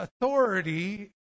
authority